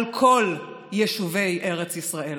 על כל, יישובי ארץ ישראל.